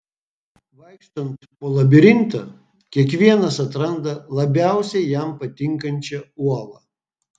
vaikštant po labirintą kiekvienas atranda labiausiai jam patinkančią uolą